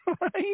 Right